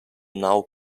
now